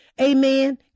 Amen